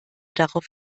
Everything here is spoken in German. darauf